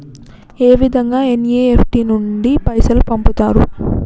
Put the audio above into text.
ఏ విధంగా ఎన్.ఇ.ఎఫ్.టి నుండి పైసలు పంపుతరు?